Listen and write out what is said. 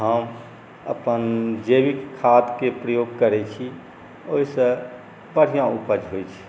हम अपन जैविक खादके प्रयोग करै छी ओहिसँ बढ़िआँ उपज होइ छै